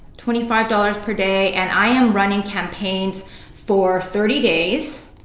twenty five dollars per day and i am running campaigns for thirty days,